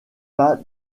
pas